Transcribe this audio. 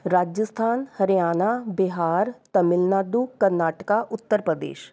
Rajasthan Haryana Bihar Tamil Nadu Karnataka Uttar Pradesh